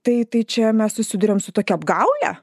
tai tai čia mes susiduriam su tokia apgaule